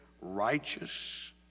righteous